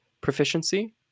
proficiency